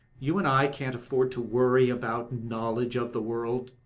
you and i can't afford to worry about knowledge of the world.